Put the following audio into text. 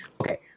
Okay